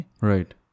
Right